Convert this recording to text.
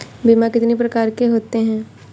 बीमा कितनी प्रकार के होते हैं?